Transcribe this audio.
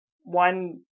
one